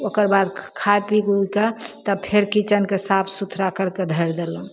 ओकर बाद खाय पीके उके तब फेर किचेनके साफ सुथरा करिके धरि देलहुँ